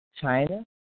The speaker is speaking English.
China